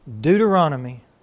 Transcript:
Deuteronomy